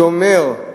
שאומר: